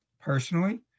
Personally